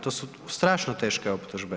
To su strašno teške optužbe.